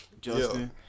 Justin